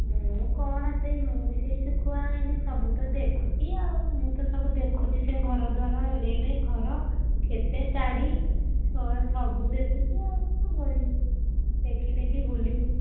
ମୁଁ କ'ଣ ସେଇ ମୁଁ ବି ସେଇ ଶୁଖୁଆ ସବୁ ତ ଦେଖୁଛି ଆଉ ମୁଁ ତ ସବୁ ଦେଖୁଛି ସେ ଘରଦ୍ଵାର ଏଡ଼େ ଏଡ଼େ ଘର କେତେ ଗାଡ଼ି ସବୁ ଦେଖୁଛି ଆଉ କ'ଣ କରିବି ଦେଖି ଦେଖି ବୁଲି ବୁଲି